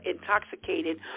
intoxicated